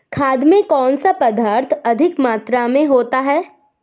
खाद में कौन सा पदार्थ अधिक मात्रा में होता है?